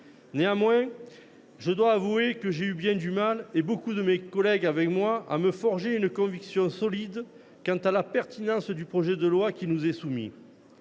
Néanmoins, je dois avouer que j’ai eu bien du mal, et beaucoup de mes collègues avec moi, à me forger une conviction solide quant à la pertinence du projet de loi qui nous est soumis.